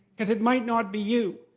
because it might not be you.